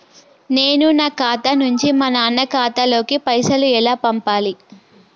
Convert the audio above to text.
నేను నా ఖాతా నుంచి మా నాన్న ఖాతా లోకి పైసలు ఎలా పంపాలి?